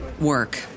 work